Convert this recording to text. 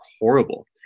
horrible